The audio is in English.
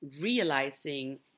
realizing